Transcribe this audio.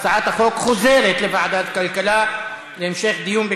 ההצעה להעביר את הצעת חוק התקשורת (בזק ושידורים) (תיקון מס' 65)